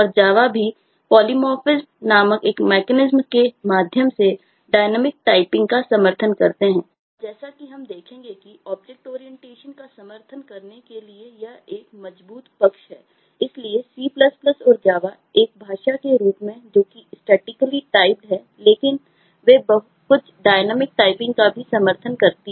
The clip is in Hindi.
C और Java में सब कुछ स्टैटिक टाइमनहीं है